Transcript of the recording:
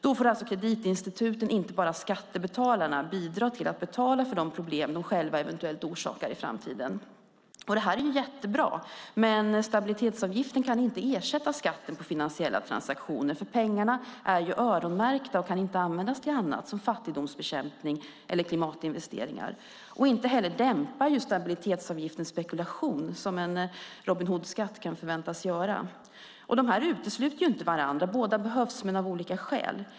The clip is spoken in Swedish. Då får alltså kreditinstituten, och inte bara skattebetalarna, bidra till att betala för de problem de eventuellt orsakar i framtiden. Detta är jättebra, men stabilitetsavgiften kan inte ersätta skatten på finansiella transaktioner. Pengarna är nämligen öronmärkta och kan inte användas till annat, som fattigdomsbekämpning eller klimatinvesteringar. Inte heller dämpar stabilitetsavgiften spekulation, som en Robin Hood-skatt kan förväntas göra. De utesluter dessutom inte varandra. Båda behövs, men av olika skäl.